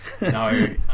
No